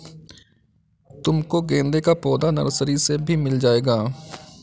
तुमको गेंदे का पौधा नर्सरी से भी मिल जाएगा